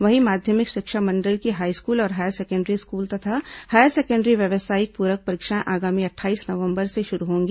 वहीं माध्यमिक शिक्षा मंडल की हाईस्कूल और हायर सेकेंडरी स्कूल तथा हायर सेकेंडरी व्यावसायिक पूरक परीक्षाएं आगामी अट्ठाईस नवंबर से शुरू होंगी